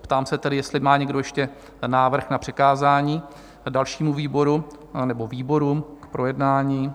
Ptám se tedy, jestli má někdo ještě návrh na přikázání dalšímu výboru nebo výborům k projednání?